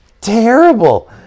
terrible